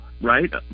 right